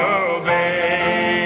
obey